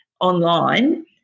online